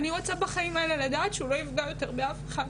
אני רוצה בחיים האלה שהוא לא יפגע יותר באף אחד.